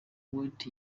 wright